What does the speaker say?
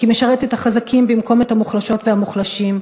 כי היא משרתת את החזקים במקום את המוחלשות והמוחלשים,